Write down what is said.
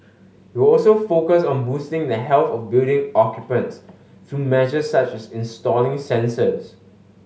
it will also focus on boosting the health of building occupants through measures such as installing sensors